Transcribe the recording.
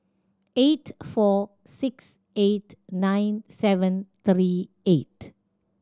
eight four six eight nine seven three eight